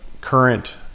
current